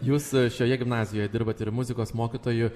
jūs šioje gimnazijoje dirbat ir muzikos mokytoju